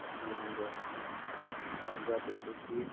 اَسلامُ علیکُم وَرحمتہُ اللہ اَہَن حظ آ تُہۍ چھِو حظ ٹھیٖک